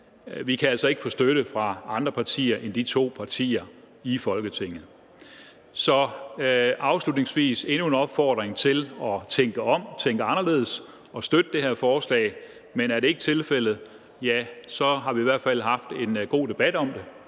vi kan altså ikke få støtte fra andre partier end de to partier i Folketinget. Afslutningsvis vil jeg komme med endnu en opfordring til at tænke om, tænke anderledes og støtte det her forslag, men bliver det ikke tilfældet, har vi i hvert fald haft en god debat om det,